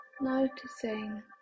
Noticing